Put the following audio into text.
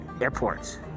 airports